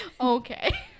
okay